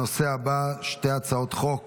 הנושא הבא, שתי הצעות חוק